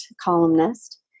columnist